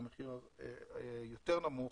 הוא מחיר יותר נמוך